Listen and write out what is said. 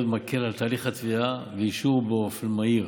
ומקל את תהליך התביעה ואישורה באופן מהיר.